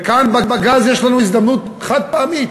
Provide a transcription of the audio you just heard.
כאן בגז יש לנו הזדמנות חד-פעמית